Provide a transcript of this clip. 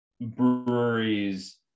breweries